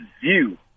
view